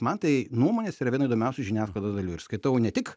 man tai nuomonės yra viena įdomiausių žiniasklaidos dalių ir skaitau ne tik